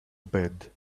bed